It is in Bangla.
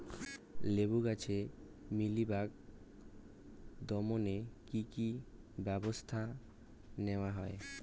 লেবু গাছে মিলিবাগ দমনে কী কী ব্যবস্থা নেওয়া হয়?